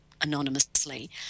anonymously